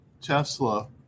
Tesla